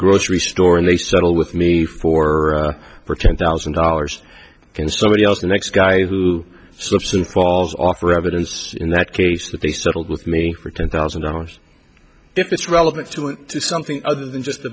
grocery store and they settle with me for for ten thousand dollars can somebody else the next guy who slips and falls off or evidence in that case that they settled with me for ten thousand dollars if that's relevant to something other than just the